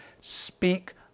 speak